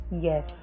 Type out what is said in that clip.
Yes